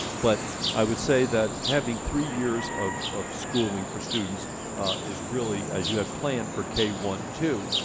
but i would say that having three years of of schooling for students is really as you have planned for k one two,